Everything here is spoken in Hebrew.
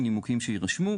מנימוקים שיירשמו,